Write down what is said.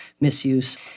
misuse